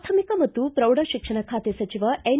ಪ್ರಾಥಮಿಕ ಮತ್ತು ಪ್ರೌಢ ಶಿಕ್ಷಣ ಖಾತೆ ಸಚಿವ ಎನ್